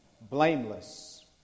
blameless